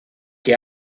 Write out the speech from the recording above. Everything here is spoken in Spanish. que